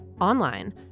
online